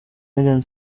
meghan